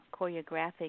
choreographic